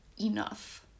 enough